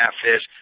catfish